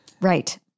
Right